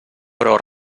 però